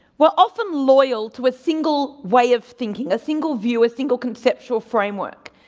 we're often loyal to a single way of thinking. a single view, a single conceptual framework.